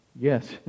Yes